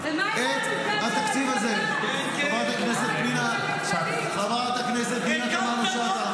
-- את התקציב הזה --- ואין כסף --- חברת הכנסת פנינה תמנו שטה,